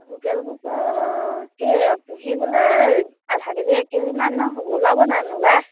local কুকুৰা কি পুহিবলৈ আধা কেজি এক কেজিমান হ'ব ওলাবনে নোলায়